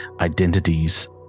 identities